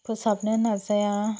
फोसाबनो नाजाया